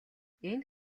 энэ